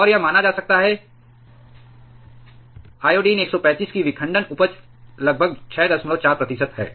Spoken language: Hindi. और यह माना जा सकता है कि आयोडीन 135 की विखंडन उपज लगभग 64 प्रतिशत है